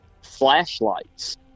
flashlights